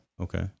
Okay